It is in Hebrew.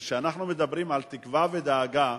כשאנחנו מדברים על תקווה ודאגה,